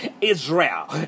Israel